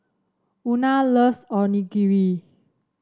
Una loves Onigiri